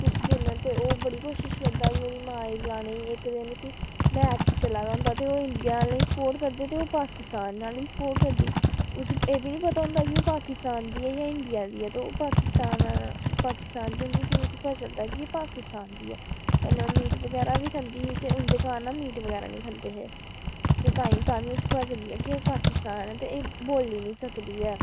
किछ दिन ओह् बड़ी कोशिश करदा ऐ ओह्दी मांऽ गी बलाने दी इक दिन मैच चला दा होंदा ते ओह् इंडिया आह्लें गी स्पोट करदे ते ओह् पाकिस्तान आह्लें गी स्पोर्ट करदी उस्सी एह् बी निं पता होंदा की ओह् पाकिस्तान दी ऐ जां इंडिया दी ऐ ते ओह् पाकिस्तान कन्नै उस्सी पता चलदा की एह् पाकिस्तान दी ऐ कन्नै ओह् मीट बगैरा बी खंदी ही ते उं'दे घर न मीट बगैरा नेईं खंदे हे तां तांइयै उस्सी पता चली जंदा की एह् पाकिस्तान ते एह् बोली निं सकदी ऐ